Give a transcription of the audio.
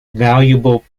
valuable